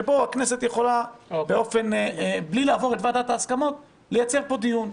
שבו הכנסת בלי לעבור את ועדת הסכמות יכולה לייצר פה דיון,